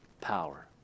power